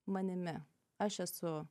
manimi aš esu